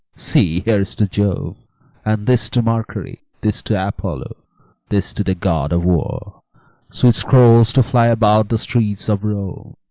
see, here's to jove and this to mercury this to apollo this to the god of war' sweet scrolls to fly about the streets of rome!